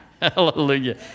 Hallelujah